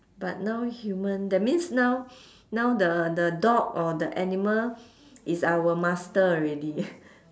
but now human that means now now the the dog or the animal is our master already